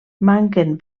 manquen